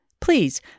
please